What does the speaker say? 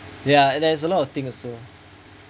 ya there's a lot of thing also